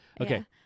Okay